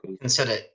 Consider